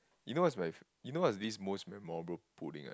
you know what is life you know what is this most memorable pudding eh